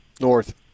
North